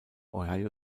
ohio